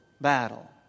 battle